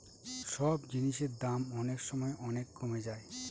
সব জিনিসের দাম অনেক সময় অনেক কমে যায়